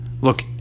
Look